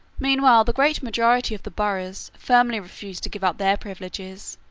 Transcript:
meanwhile the great majority of the boroughs firmly refused to give up their privileges.